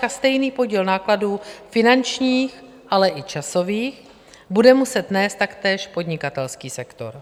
A stejný podíl nákladů finančních, ale i časových bude muset nést taktéž podnikatelský sektor.